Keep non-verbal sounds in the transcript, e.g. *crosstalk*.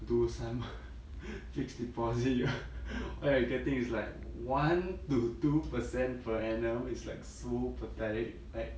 do some *laughs* fixed deposit *laughs* all you're getting is like one to two percent per annum is like so pathetic like